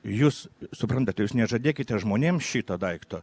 jūs suprantate jūs nežadėkite žmonėms šito daikto